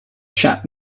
chap